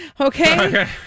Okay